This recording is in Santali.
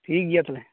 ᱴᱷᱤᱠ ᱜᱮᱭᱟ ᱛᱚᱵᱮ